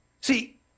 See